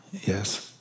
yes